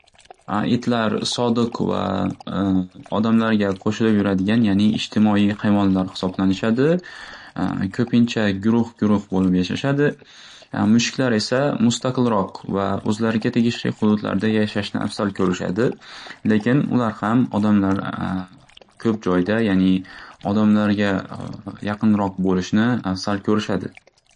Itlar sodiq va odamlarga qo'shilib yuradigan yani ijtimoiy hayvonlar xisoblanishadi ko'pincha guruh guruh bo'lib yashashadi. Mushuklar esa mustaqilroq o'zlariga tegishli xududlarda yashashni avzal ko'rishadi. Lekin ular ham odamlar ko'p joyda yani odamlarga yaqinroq bo'lishni avzal ko'rishadi.